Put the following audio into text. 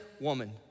woman